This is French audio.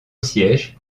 siège